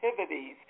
activities